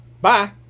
Bye